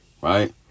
right